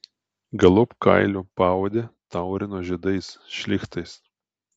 galop kailio paodę taurino žiedais šlichtais